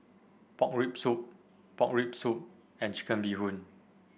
Pork Rib Soup Pork Rib Soup and Chicken Bee Hoon